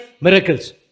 miracles